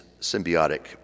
symbiotic